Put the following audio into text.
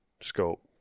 scope